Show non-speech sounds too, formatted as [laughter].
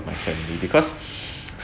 my family because [breath]